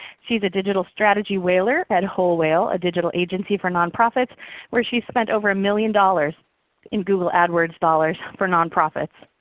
she's a digital strategy whaler at whole whale a digital agency for nonprofits where she spent over million dollars in google adwords dollars for nonprofits.